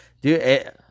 dude